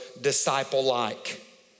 disciple-like